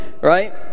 right